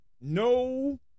No